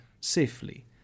safely